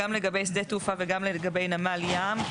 גם לגבי שדה תעופה וגם לגבי נמל ים,